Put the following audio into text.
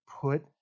put